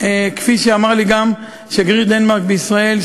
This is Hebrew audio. כפי שאמר לי גם שגריר דנמרק בישראל,